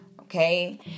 okay